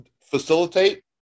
Facilitate